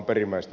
juuri